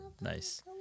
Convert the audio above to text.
Nice